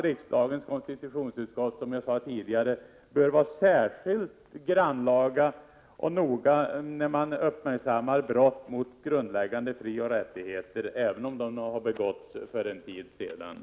Riksdagens konstitutionsutskott bör, som jag tidigare sade, vara särskilt grannlaga och noga när man uppmärksammar brott mot grundläggande frioch rättigheter även om de har begåtts en tid tillbaka.